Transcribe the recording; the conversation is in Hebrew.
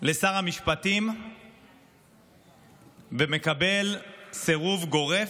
לשר המשפטים ומקבל סירוב גורף,